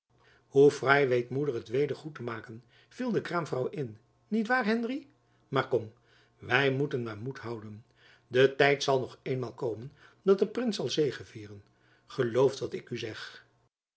hoe fraai weet moeder het weder goed te maken viel de kraamvrouw in niet waar henry maar kom wy moeten maar moed houden de tijd zal toch eenmaal komen dat de prins zal zegevieren gelooft wat ik u zeg